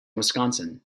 wisconsin